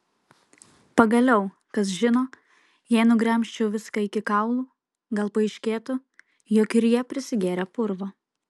pagaliau kas žino jei nugremžčiau viską iki kaulų gal paaiškėtų jog ir jie prisigėrę purvo